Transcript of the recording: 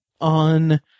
on